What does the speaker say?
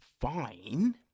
fine